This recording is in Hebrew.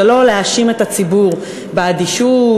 זה לא להאשים את הציבור באדישות,